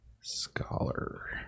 scholar